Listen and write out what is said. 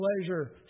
pleasure